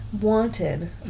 wanted